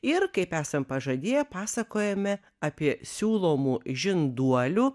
ir kaip esam pažadėję pasakojame apie siūlomų žinduolių